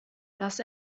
das